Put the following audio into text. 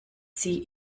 sie